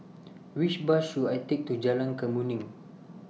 Which Bus should I Take to Jalan Kemuning